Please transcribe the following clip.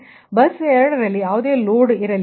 ಆದ್ದರಿಂದ ಬಸ್ 2 ನಲ್ಲಿ ಯಾವುದೇ ಲೋಡ್ ಇರಲಿಲ್ಲ